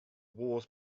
wars